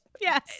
yes